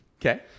Okay